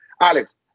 Alex